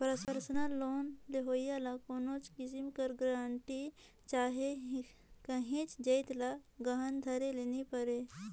personal loan लेहोइया ल कोनोच किसिम कर गरंटी चहे काहींच जाएत ल गहना धरे ले नी परे